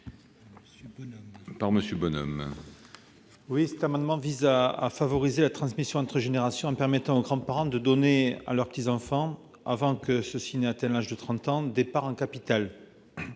François Bonhomme. Cet amendement vise à favoriser la transmission entre générations en permettant aux grands-parents de donner à leurs petits-enfants, avant que ceux-ci n'aient atteint l'âge de trente ans, des parts de capital,